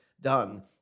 done